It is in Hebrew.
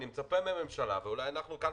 אני מצפה מהממשלה ואולי אנחנו כאן,